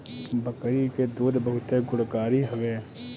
बकरी के दूध बहुते गुणकारी हवे